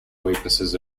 weaknesses